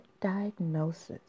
diagnosis